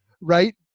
right